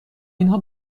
اینها